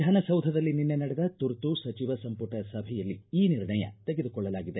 ವಿಧಾನಸೌಧದಲ್ಲಿ ನಿನ್ನೆ ನಡೆದ ತುರ್ತು ಸಚಿವ ಸಂಪುಟ ಸಭೆಯಲ್ಲಿ ಈ ನಿರ್ಣಯ ತೆಗೆದುಕೊಳ್ಳಲಾಗಿದೆ